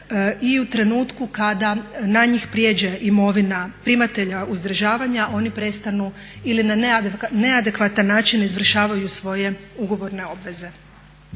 I u trenutku kada na njih pređe imovina primatelja uzdržavanja oni prestanu ili na neadekvatan način izvršavaju svoje ugovorne obveze.